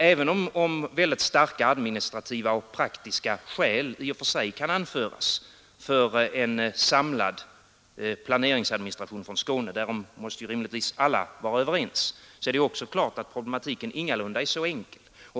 Även om väldigt starka administrativa och praktiska skäl i och för sig kan anföras för en samlad planeringsadministration för Skåne — därom måste rimligtvis alla vara överens — är det klart att problematiken ingalunda är så enkel.